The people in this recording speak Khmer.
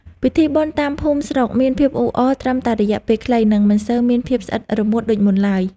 ពិធីបុណ្យតាមភូមិស្រុកមានភាពអ៊ូអរត្រឹមតែរយៈពេលខ្លី និងមិនសូវមានភាពស្អិតរមួតដូចមុនឡើយ។